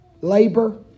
Labor